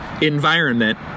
environment